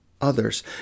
others